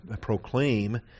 proclaim